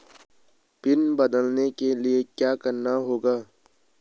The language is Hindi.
पिन बदलने के लिए क्या करना होगा?